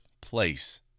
place